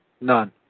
None